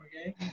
Okay